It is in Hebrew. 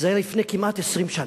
זה היה לפני כמעט 20 שנה.